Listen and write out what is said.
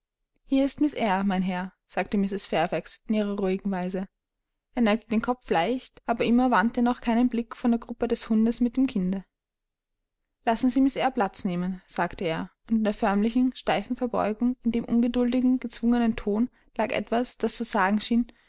hier ist miß eyre mein herr sagte mrs fairfax in ihrer ruhigen weise er neigte den kopf leicht aber immer wandte er noch keinen blick von der gruppe des hundes mit dem kinde lassen sie miß eyre platz nehmen sagte er und in der förmlichen steifen verbeugung in dem ungeduldigen gezwungenen ton lag etwas das zu sagen schien